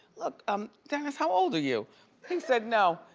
like um dennis, how old are you? he said no,